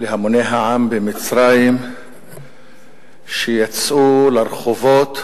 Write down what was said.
להמוני העם במצרים שיצאו לרחובות